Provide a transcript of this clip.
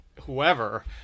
whoever